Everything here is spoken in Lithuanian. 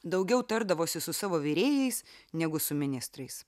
daugiau tardavosi su savo virėjais negu su ministrais